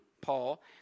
Paul